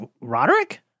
Roderick